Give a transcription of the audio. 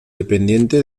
dependiente